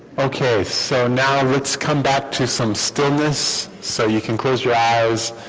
okay so now let's come back to some stillness so you can close your eyes